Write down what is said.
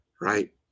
Right